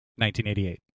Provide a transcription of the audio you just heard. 1988